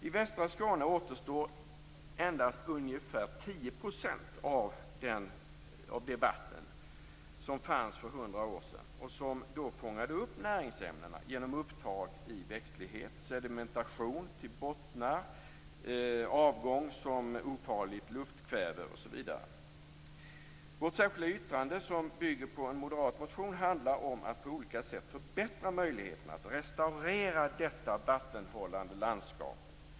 I västra Skåne återstår endast ungefär 10 % av det vatten som fanns för 100 år sedan och som då fångade upp näringsämnena genom upptag i växtlighet, sedimentation till bottnar, avgång som ofarligt luftkväve osv. Vårt särskilda yttrande som bygger på en moderatmotion handlar om att på olika sätt förbättra möjligheterna att restaurera detta vattenhållande landskap.